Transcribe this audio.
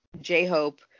j-hope